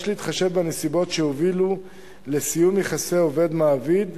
יש להתחשב בנסיבות שהובילו לסיום יחסי עובד ומעביד.